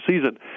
season